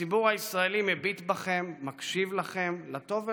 הציבור הישראלי מביט בכם, מקשיב לכם, לטוב ולרע.